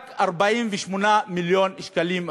רק 48 מיליון שקלים הועברו,